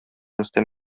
рөстәм